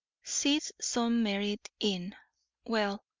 sees some merit in well,